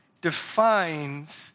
defines